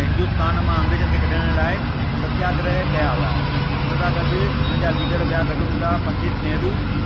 हूंदा आहिनि ऐं त नुक़सानु बि हूंदा आहिनि जीअं त नुक़सान इअ आहे त माण्हू अगरि वधीक देरि मोबाइल